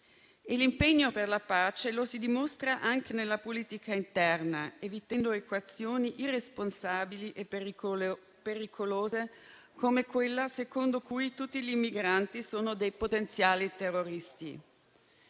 L'impegno per la pace lo si dimostra anche nella politica interna, evitando equazioni irresponsabili e pericolose, come quella secondo cui tutti i migranti sono dei potenziali terroristi.